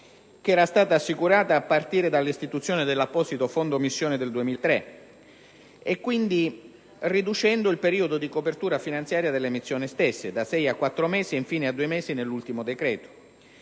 che erano state assicurate a partire dall'istituzione dell'apposito Fondo missioni del 2003. Si è ridotto il periodo di copertura finanziaria delle missioni stesse da sei a quattro mesi e, infine, a due mesi nell'ultimo decreto